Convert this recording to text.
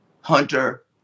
Hunter